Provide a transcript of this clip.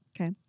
Okay